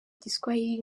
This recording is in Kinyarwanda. igiswahili